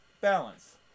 balance